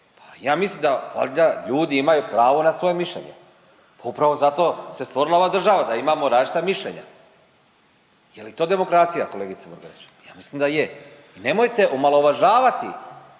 Pa ja mislim da valjda ljudi imaju pravo na svoje mišljenje. Upravo zato se stvorila ova država da imamo različita mišljenja. Je li to demokracija kolegice Murganić? Ja mislim da je. I nemojte omalovažavati